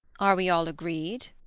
are we all agreed?